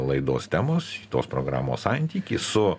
laidos temos tos programos santykį su